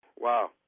Wow